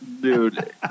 Dude